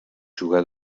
jugà